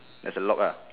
there's a lock ah